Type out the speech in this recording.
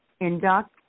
induct